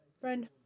friend